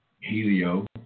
helio